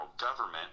government